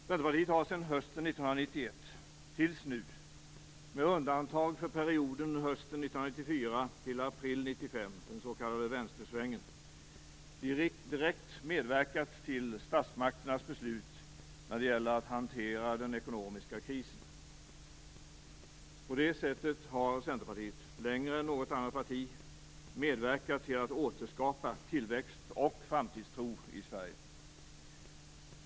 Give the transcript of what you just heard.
Centerpartiet har sedan hösten 1991 tills nu - med undantag för perioden hösten 1994 till april 1995, den s.k. vänstersvängen - direkt medverkat till statsmakternas beslut när det gäller att hantera den ekonomiska krisen. På det sättet har Centerpartiet längre än något annat parti medverkat till att återskapa tillväxt och framtidstro i Sverige.